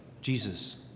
Jesus